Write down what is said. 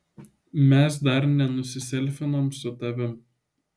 mes dar nenusiselfinom su tavim